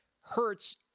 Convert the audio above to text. hurts